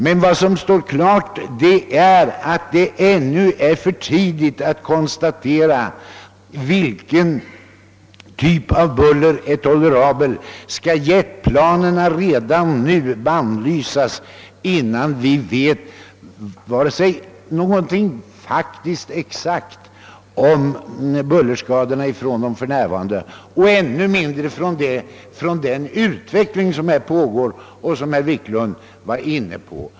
Men vad som står klart är att det ännu är för tidigt att konstatera vilken typ av buller som är tolerabel. Skall jetplanen redan nu bannlysas, innan vi vet vare sig någonting faktiskt exakt om dessa bullerskador just för dagen eller ännu mindre om den utveckling som här pågår och som herr Wiklund var inne på?